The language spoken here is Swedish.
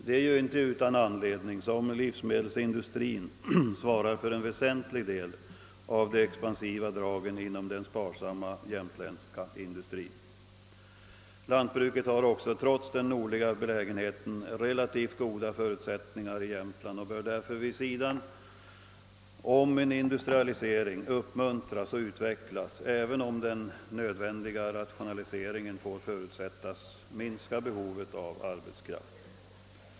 Det är ju inte utan anledning som livsmedelsindustrin svarar för en väsentlig del av de expansiva dragen inom den sparsamma jämtländska industrin. Lantbruket har också trots den nordliga belägenheten relativt goda förutsättningar i Jämtland och bör därför vid sidan om en industrialisering uppmuntras och utvecklas, även om den nödvändiga rationaliseringen får förutsättas minska behovet av arbetskraft.